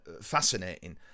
fascinating